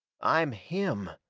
i'm him.